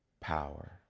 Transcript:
power